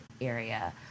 area